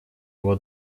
его